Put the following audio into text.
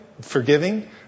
forgiving